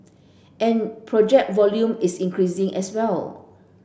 and project volume is increasing as well